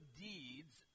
deeds